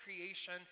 creation